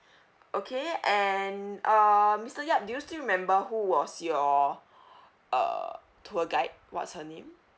okay and uh mister yap do you still remember who was your err tour guide what's her name